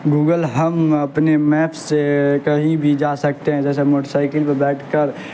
Google ہم اپنے map سے کہیں بھی جا سکتے ہیں جیسے موٹر سائیکل پہ بیٹھ کر